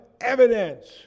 evidence